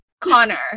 Connor